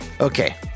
Okay